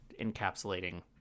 encapsulating